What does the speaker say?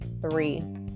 three